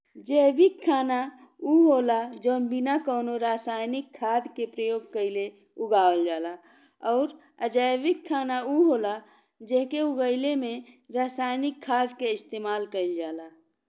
जैविक खाना उ होला जवन बिना कउनो रासायनिक खाद के प्रयोग कइले उगावल जाला और अजैविक खाना उ होला जेकरे उगइले में रासायनिक खाद के प्रयोग कइल जाला।